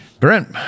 Brent